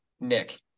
Nick